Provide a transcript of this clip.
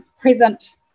Present